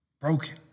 broken